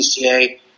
cca